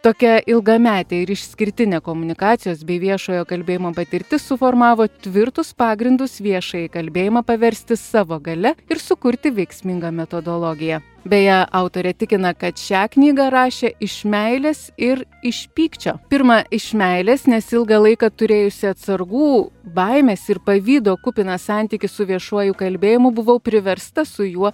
tokia ilgametė ir išskirtinė komunikacijos bei viešojo kalbėjimo patirtis suformavo tvirtus pagrindus viešąjį kalbėjimą paversti savo galia ir sukurti veiksmingą metodologiją beje autorė tikina kad šią knygą rašė iš meilės ir iš pykčio pirma iš meilės nes ilgą laiką turėjusi atsargų baimės ir pavydo kupiną santykį su viešuoju kalbėjimu buvau priversta su juo